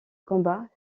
combat